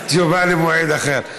תשובה במועד אחר.